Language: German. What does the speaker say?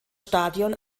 stadion